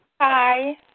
Hi